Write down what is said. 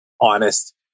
honest